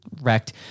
wrecked